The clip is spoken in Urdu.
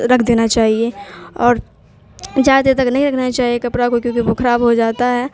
رکھ دینا چاہیے اور زیادہ دیر تک نہیں رکھنا چاہیے کپڑا کو کیونکہ وہ خراب ہو جاتا ہے